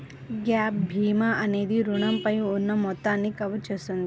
gap భీమా అనేది రుణంపై ఉన్న మొత్తాన్ని కవర్ చేస్తుంది